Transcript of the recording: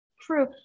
True